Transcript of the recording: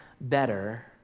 better